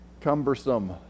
cumbersome